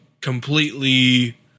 completely